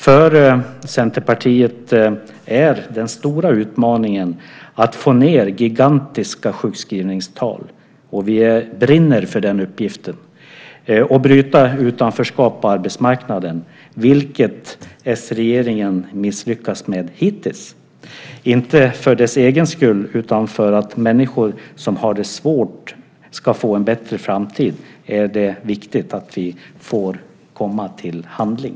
För Centerpartiet är den stora utmaningen - och vi brinner för uppgiften - att få ned gigantiska sjukskrivningstal och bryta utanförskap på arbetsmarknaden, vilket s-regeringen misslyckats med hittills. Inte minst för att människor som har det svårt ska få en bättre framtid är det viktigt att vi får komma till handling.